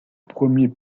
premier